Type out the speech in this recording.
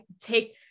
take